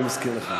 אני מזכיר לך.